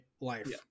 life